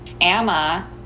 Emma